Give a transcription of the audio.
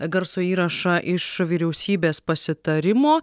garso įrašą iš vyriausybės pasitarimo